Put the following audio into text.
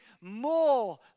more